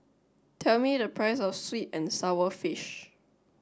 tell me the price of sweet and sour fish